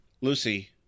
Lucy